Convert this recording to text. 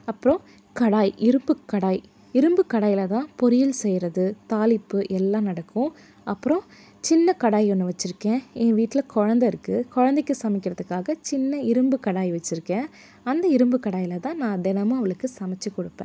அப்போது கடாய் இருப்பு கடாய் இரும்பு கடாயில் தான் பொரியல் செய்கிறது தாளிப்பு எல்லாம் நடக்கும் அப்புறம் சின்ன கடாய் ஒன்று வச்சிருக்கேன் என் வீட்டில் குழந்த இருக்குது குழந்தக்கி சமைக்கிறதுக்காக சின்ன இரும்பு கடாய் வச்சிருக்கேன் அந்த இரும்பு கடாயில் தான் நான் தினமும் அவளுக்கு சமைச்சி குடுப்பேன்